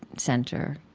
center,